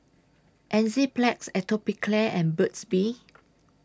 Enzyplex Atopiclair and Burt's Bee